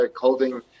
holding